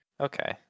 Okay